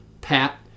Pat